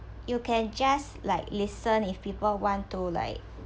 you can just like listen if people want to like